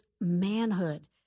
manhood